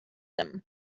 him